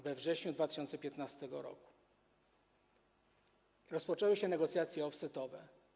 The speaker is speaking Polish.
We wrześniu 2015 r. rozpoczęły się negocjacje offsetowe.